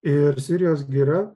ir sirijos gira